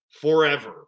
forever